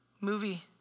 movie